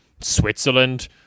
switzerland